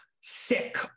sick